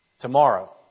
tomorrow